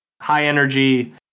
high-energy